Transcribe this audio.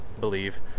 believe